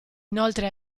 inoltre